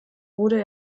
wurde